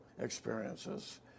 experiences